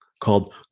called